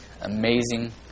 Amazing